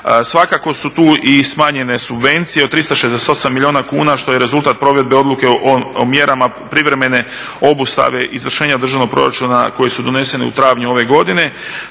Svakako su tu i smanjene subvencije. Od 368 milijuna kuna što je rezultat provedbe odluke o mjerama privremene obustave izvršenja državnog proračuna koji su doneseni u travnju ove godine